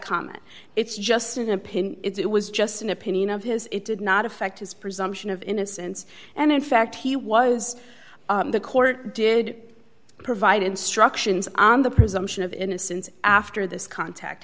comment it's just an opinion it was just an opinion of his it did not affect his presumption of innocence and in fact he was the court did provide instructions on the presumption of innocence after this contact